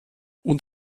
und